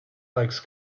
legs